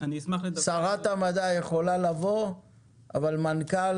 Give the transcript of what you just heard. אבל אם שרת המדע יכולה לבוא אז גם המנכ"ל